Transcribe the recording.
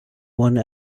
one